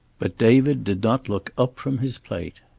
but david did not look up from his plate.